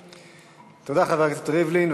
תודה, חבר הכנסת ריבלין.